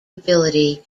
ability